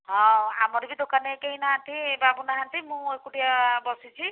ହଁ ଆମର ବି ଦୋକାନରେ କେହି ନାହାନ୍ତି ବାବୁ ନାହାନ୍ତି ମୁଁ ଏକୁଟିଆ ବସିଛି